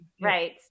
right